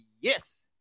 Yes